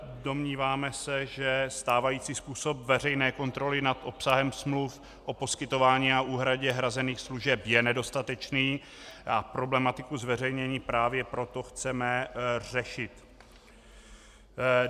Domníváme se, že stávající způsob veřejné kontroly nad obsahem smluv o poskytování a úhradě hrazených služeb je nedostatečný a problematiku zveřejnění právě proto chceme řešit.